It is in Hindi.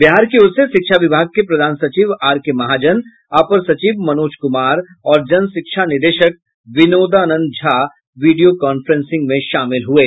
बिहार की ओर से शिक्षा विभाग के प्रधान सचिव आर के महाजन अपर सचिव मनोज कुमार और जन शिक्षा निदेशक विनोदानंद झा वीडियो कांफ्रेंसिंग में शामिल थे